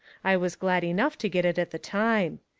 i was glad enough to get it at the time.